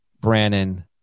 Brannon